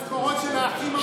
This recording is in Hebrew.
המשכורות של האחים המוסלמים,